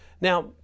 Now